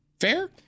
fair